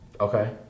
Okay